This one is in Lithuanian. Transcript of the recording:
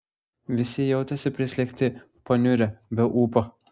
visi jautėsi prislėgti paniurę be ūpo